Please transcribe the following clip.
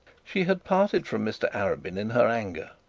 she had parted from mr arabin in her anger.